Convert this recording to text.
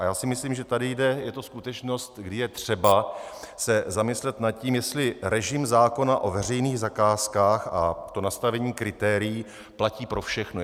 A já si myslím, že je to skutečnost, kdy je třeba se zamyslet nad tím, jestli režim zákona o veřejných zakázkách a to nastavení kritérií platí pro všechno.